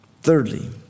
Thirdly